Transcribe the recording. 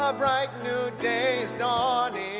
ah bright new day is dawning